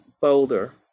Boulder